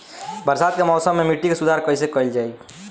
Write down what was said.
बरसात के मौसम में मिट्टी के सुधार कईसे कईल जाई?